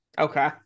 Okay